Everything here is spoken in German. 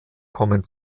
kommen